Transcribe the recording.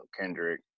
Kendrick